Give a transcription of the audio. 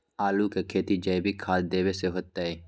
आलु के खेती जैविक खाध देवे से होतई?